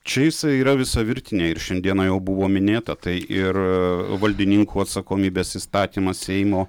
čia jisai yra visa virtinė ir šiandieną jau buvo minėta tai ir valdininkų atsakomybės įstatymas seimo